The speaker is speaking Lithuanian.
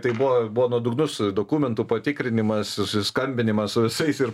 tai buvo buvo nuodugnus dokumentų patikrinimas susiskambinimas visais ir